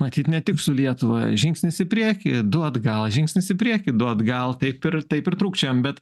matyt ne tik su lietuva žingsnis į priekį du atgal žingsnis į priekį du atgal taip ir taip ir trūkčiojam bet